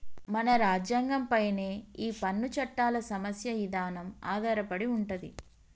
మన రాజ్యంగం పైనే ఈ పన్ను చట్టాల సమస్య ఇదానం ఆధారపడి ఉంటది